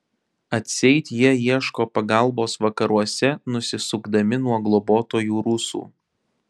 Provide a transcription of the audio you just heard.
atseit jie ieško pagalbos vakaruose nusisukdami nuo globotojų rusų